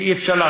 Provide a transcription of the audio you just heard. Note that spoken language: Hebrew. אי-אפשר,